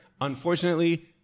unfortunately